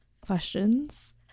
questions